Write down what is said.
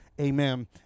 Amen